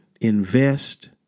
invest